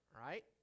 right